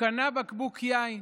בקבוק יין,